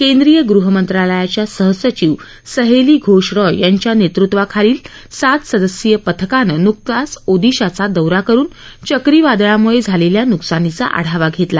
केंद्रीय गृहमंत्रालयाच्या सहसचिव सहस्री घोष रॉय यांच्या नेतृत्वाखालील सात सदस्यीय पथकानं न्कताच ओदिशाचा दौरा करुन चक्री वादळामुळे झालेल्या न्कसानाचा आढावा घेतला